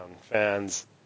fans